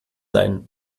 sein